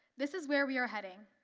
this is where we are heading.